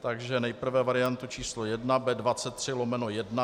Takže nejprve variantu číslo jedna B23/1.